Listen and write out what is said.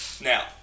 Now